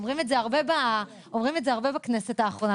אומרים את זה הרבה בכנסת האחרונה,